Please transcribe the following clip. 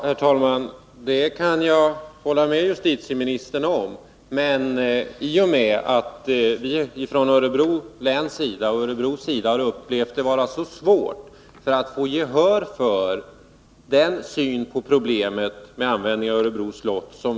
Herr talman! Det kan jag hålla med justitieministern om. Vi har dock från Örebro läns och från Örebros sida upplevt svårigheter att få gehör för den syn som vi på lokalt håll har på användningen av Örebro slott.